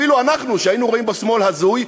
שאפילו אנחנו היינו רואים בו שמאל הזוי,